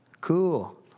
Cool